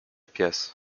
pies